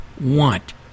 want